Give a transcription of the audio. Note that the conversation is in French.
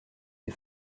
des